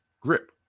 grip